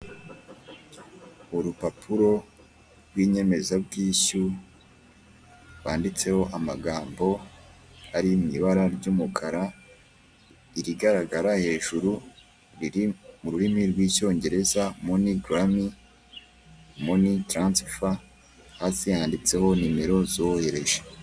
Urupapuro rw'inyemezabwishyu rwanditseho amagambo ari mu ibara try'umukara irigaragara hejuru riri mu rurimi rw'icyongereza monigarami, moni taransifa hasi handitseho nimero z'uwohereje.